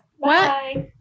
Bye